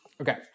Okay